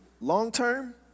long-term